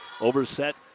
Overset